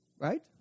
right